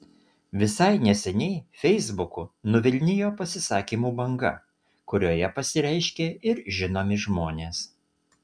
visai neseniai feisbuku nuvilnijo pasisakymų banga kurioje pasireiškė ir žinomi žmonės